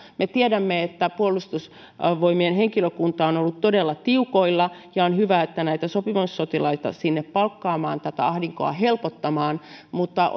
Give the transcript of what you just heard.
me tiedämme että puolustusvoimien henkilökunta on on ollut todella tiukoilla ja on hyvä että näitä sopimussotilaita sinne palkataan tätä ahdinkoa helpottamaan mutta